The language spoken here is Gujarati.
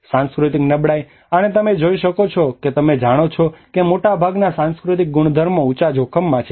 સાંસ્કૃતિક નબળાઈ અને તમે જોઈ શકો છો કે તમે જાણો છો કે મોટાભાગના સાંસ્કૃતિક ગુણધર્મો ઉંચા જોખમમાં છે